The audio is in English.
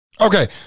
Okay